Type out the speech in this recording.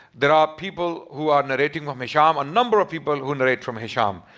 there are people who are narrating from hishaam, a number of people who narrate from hishaam.